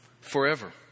forever